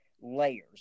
layers